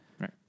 Right